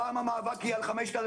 הפעם המאבק יהיה על 5,300,